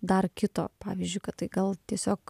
dar kito pavyzdžiui kad tai gal tiesiog